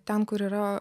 ten kur yra